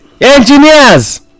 engineers